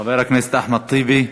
חבר הכנסת אחמד טיבי,